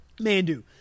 Mandu